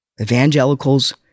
evangelicals